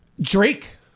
Drake